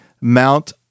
mount